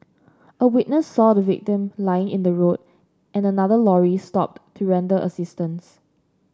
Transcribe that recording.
a witness saw the victim lying in the road and another lorry stopped to render assistance